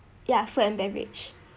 yeah food and beverage